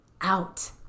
out